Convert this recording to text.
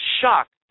shocked